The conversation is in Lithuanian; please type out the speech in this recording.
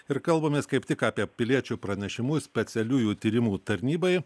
ir kalbamės kaip tik apie piliečių pranešimus specialiųjų tyrimų tarnybai